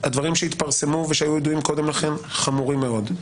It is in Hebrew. הדברים שהתפרסמו שהיו יודעים קודם לכן חמורים מאוד.